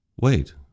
Wait